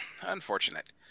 Unfortunate